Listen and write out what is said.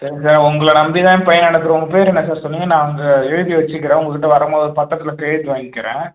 சரி சார் உங்களை நம்பித்தான் என் பையன் அனுப்புகிற உங்கள் பேர் என்ன சார் சொன்னிங்க நான் இங்கே எழுதி வச்சிக்கிறேன் உங்கள் கிட்ட வரும்போது பத்திரத்துல கையெழுத்து வாங்கிக்கிறேன்